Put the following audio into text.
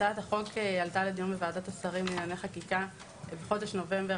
הצעת החוק עלתה לדיון בוועדת השרים לענייני חקיקה בחודש נובמבר